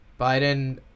biden